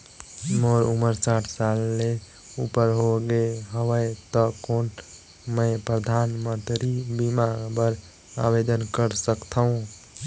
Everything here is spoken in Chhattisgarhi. मोर उमर साठ साल ले उपर हो गे हवय त कौन मैं परधानमंतरी बीमा बर आवेदन कर सकथव?